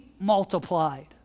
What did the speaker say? multiplied